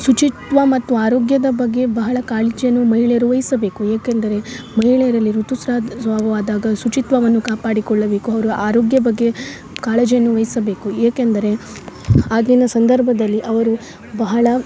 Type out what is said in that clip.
ಶುಚಿತ್ವ ಮತ್ತು ಆರೋಗ್ಯದ ಬಗ್ಗೆ ಬಹಳ ಕಾಳಜಿಯನ್ನು ಮಯಿಳೆಯರು ವಹಿಸಬೇಕು ಏಕೆಂದರೆ ಮಹಿಳೆಯರಲ್ಲಿ ಋತುಸ್ರಾವದ ವವಾದಾಗ ಶುಚಿತ್ವವನ್ನು ಕಾಪಾಡಿಕೊಳ್ಳಬೇಕು ಅವರು ಆರೋಗ್ಯ ಬಗ್ಗೆ ಕಾಳಜಿಯನ್ನು ವಹಿಸಬೇಕು ಏಕೆಂದರೆ ಆಗಿನ ಸಂದರ್ಭದಲ್ಲಿ ಅವರು ಬಹಳ